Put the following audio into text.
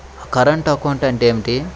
Current account అంటే ఏమిటి?